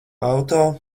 auto